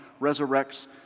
resurrects